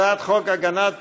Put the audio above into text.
הצעת חוק הגנת